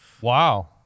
Wow